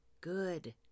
good